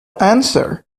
answer